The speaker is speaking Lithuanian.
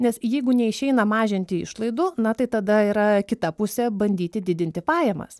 nes jeigu neišeina mažinti išlaidų na tai tada yra kita pusė bandyti didinti pajamas